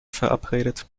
verabredet